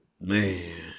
Man